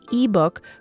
ebook